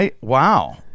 Wow